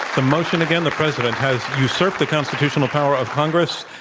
the motion, again, the president has usurped the constitutional power of congress.